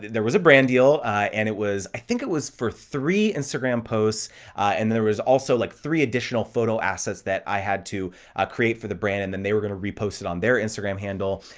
there was a brand deal and it was. i think it was for three instagram posts and there was also like three additional photo assets that i had to create for the brand and then they were going to repost it on their instagram handle.